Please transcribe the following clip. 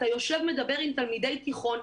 אתה יושב, מדבר עם תלמידי תיכון,